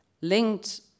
linked